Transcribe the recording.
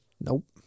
Nope